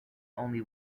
only